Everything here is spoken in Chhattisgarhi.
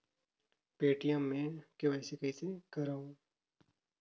पे.टी.एम मे के.वाई.सी कइसे करव?